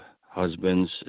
husbands